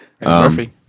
Murphy